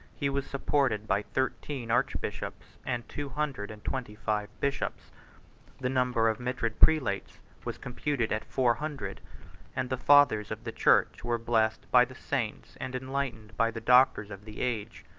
he was supported by thirteen archbishops and two hundred and twenty-five bishops the number of mitred prelates was computed at four hundred and the fathers of the church were blessed by the saints and enlightened by the doctors of the age.